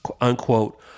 unquote